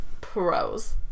Pros